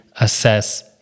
assess